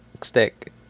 Stick